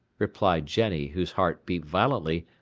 replied jenny, whose heart beat violently,